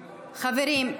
חברים,